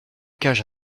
cage